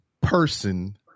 person